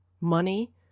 Money